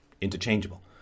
interchangeable